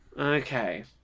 okay